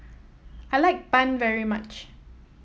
I like bun very much